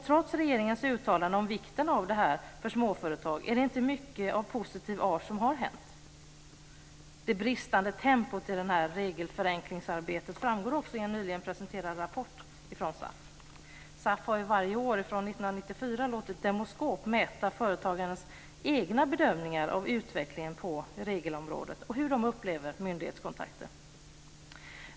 Trots regeringens uttalande om vikten av det här för småföretag är det inte mycket av positiv art som har hänt. Det bristande tempot i det här regelförenklingsarbetet framgår också i en nyligen presenterad rapport från SAF. SAF har ju varje år från 1994 låtit Demoskop mäta företagarnas egna bedömningar av utvecklingen på regelområdet och hur de upplever myndighetskontakten.